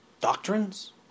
doctrines